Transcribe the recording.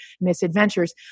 misadventures